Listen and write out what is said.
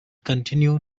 continue